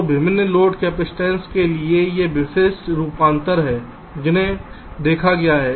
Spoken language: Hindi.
तो विभिन्न लोड कैपेसिटेंस के लिए ये विशिष्ट रूपांतर हैं जिन्हें देखा गया है